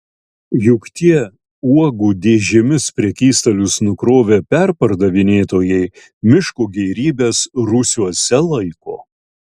juk tie uogų dėžėmis prekystalius nukrovę perpardavinėtojai miško gėrybes rūsiuose laiko